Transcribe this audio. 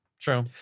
true